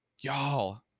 Y'all